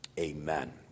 Amen